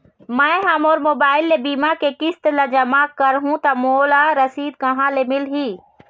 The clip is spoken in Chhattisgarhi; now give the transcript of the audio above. मैं हा मोर मोबाइल ले बीमा के किस्त ला जमा कर हु ता मोला रसीद कहां ले मिल ही?